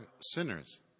sinners